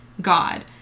God